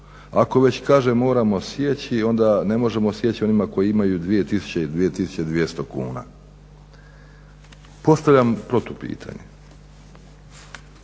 Ako već kaže moramo sjeći onda ne možemo sjeći onima koji imaju 2 tisuće i 2.200 kuna. Postavljam protupitanje,